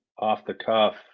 off-the-cuff